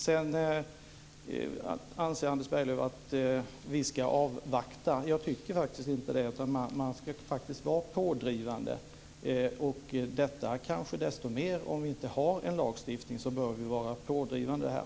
Sedan anser Anders Berglöv att vi ska avvakta. Jag tycker faktiskt inte det, utan man ska vara pådrivande - detta kanske desto mer om vi inte har en lagstiftning. Då bör vi vara pådrivande här.